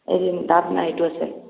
হেৰি ডাব নাই এইটো আছে